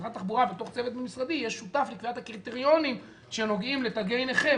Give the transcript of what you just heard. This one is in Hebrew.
משרד התחבורה יהיה שותף לקביעת הקריטריונים שנוגעים לתגי נכה,